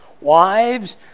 Wives